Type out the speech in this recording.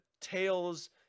tales